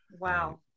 wow